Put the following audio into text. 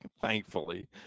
thankfully